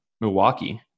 Milwaukee